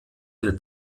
der